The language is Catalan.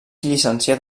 llicenciat